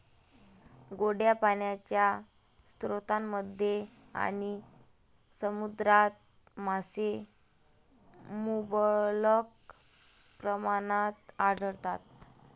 गोड्या पाण्याच्या स्रोतांमध्ये आणि समुद्रात मासे मुबलक प्रमाणात आढळतात